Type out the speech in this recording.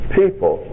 people